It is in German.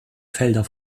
felder